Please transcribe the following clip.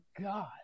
God